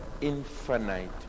infinite